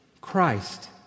Christ